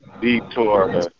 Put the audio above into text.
detour